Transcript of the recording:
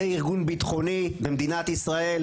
זה ארגון ביטחוני במדינת ישראל,